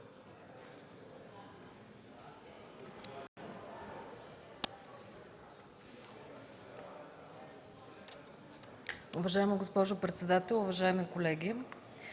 Уважаема госпожо председател, уважаеми госпожи